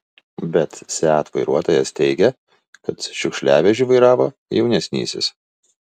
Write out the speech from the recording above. bet seat vairuotojas teigia kad šiukšliavežį vairavo jaunesnysis